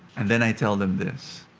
and then, i tell them this.